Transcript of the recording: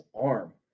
arm